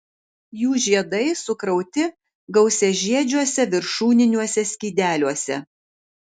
jų žiedai sukrauti gausiažiedžiuose viršūniniuose skydeliuose